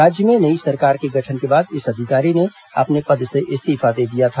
राज्य में नई सरकार के गठन के बाद इस अधिकारी ने अपने पद से इस्तीफा दे दिया था